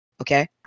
okay